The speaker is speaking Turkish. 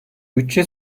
bütçe